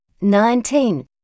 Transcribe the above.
nineteen